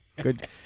Good